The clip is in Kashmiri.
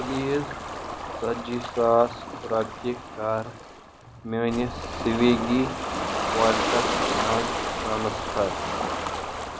پلیٖز ژَتجی ساس رۄپیہِ کر میٲنِس سِوِگی وویلٹس مَنٛز ٹرانسفر